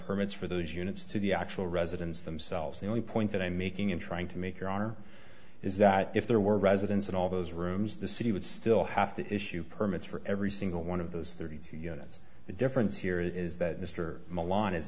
permits for those units to the actual residence themselves the only point that i'm making in trying to make your honor is that if there were residents in all those rooms the city would still have to issue permits for every single one of those thirty two units the difference here is that mr milan is